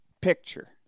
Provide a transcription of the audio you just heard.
picture